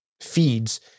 feeds